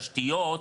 תשתיות,